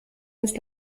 ins